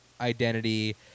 identity